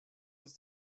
uns